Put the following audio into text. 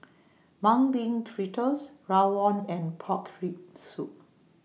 Mung Bean Fritters Rawon and Pork Rib Soup